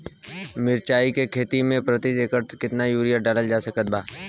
मिरचाई के खेती मे प्रति एकड़ केतना यूरिया डालल जा सकत बा?